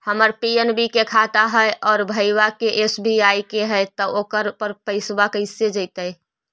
हमर पी.एन.बी के खाता है और भईवा के एस.बी.आई के है त ओकर पर पैसबा कैसे जइतै?